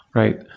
right?